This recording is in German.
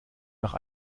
nach